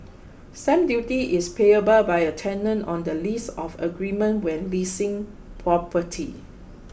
stamp duty is payable by a tenant on the lease or agreement when leasing property